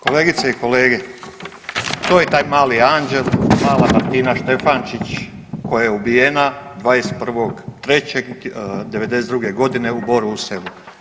Kolegice i kolege, to je taj mali anđel, mala Martina Štefančić koja je ubijena 21.3.'92. godine u Borovu Selu.